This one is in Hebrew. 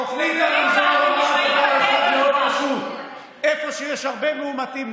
תוכנית הרמזור אמרה דבר אחד מאוד פשוט: איפה שיש הרבה מאומתים,